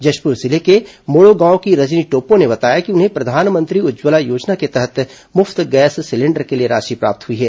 जशप्र जिले के मोड़ो गांव की रजनी टोप्पो ने बताया कि उन्हें प्रधानमंत्री उज्जवला योजना के तहत मुफ्त गैस सिलेंडर के लिए राशि प्राप्त हुई है